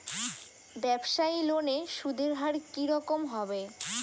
ব্যবসায়ী লোনে সুদের হার কি রকম হবে?